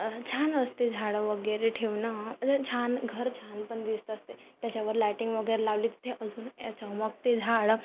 छान असते झाडं वगैरे ठेवणं छान घर छान पण दिसत असते त्याच्यावर लायटिंग वगैरे लावली तर ते अजून चमकते झाड